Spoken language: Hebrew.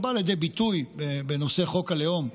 שבאה לידי ביטוי בנושא חוק הלאום.